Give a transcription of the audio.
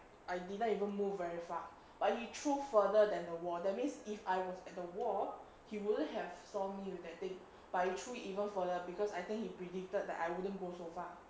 I didn't even moved very far but he threw further than the wall that means if I was at the wall he wouldn't have saw me with that thing but he threw it even further because I think he predicted that I wouldn't go so far